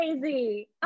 crazy